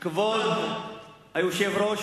כבוד היושב-ראש,